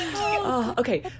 okay